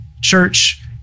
Church